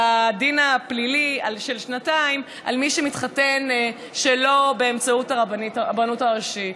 בדין הפלילי של שנתיים מאסר על מי שמתחתן שלא באמצעות הרבנות הראשית.